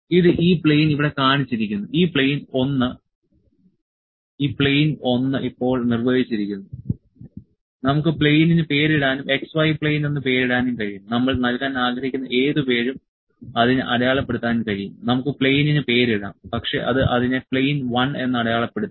ഇത് ഈ പ്ലെയിൻ ഇവിടെ കാണിച്ചിരിക്കുന്നു ഈ പ്ലെയിൻ 1 ഇപ്പോൾ നിർവചിച്ചിരിക്കുന്നു നമുക്ക് പ്ലെയിനിന് പേരിടാനും x y പ്ലെയിൻ എന്ന് പേരിടാനും കഴിയും നമ്മൾ നൽകാൻ ആഗ്രഹിക്കുന്ന ഏത് പേരും അതിന് അടയാളപ്പെടുത്താൻ കഴിയും നമുക്ക് പ്ലെയിനിന് പേരിടാം പക്ഷേ അത് അതിനെ പ്ലെയിൻ 1 എന്ന് അടയാളപ്പെടുത്തി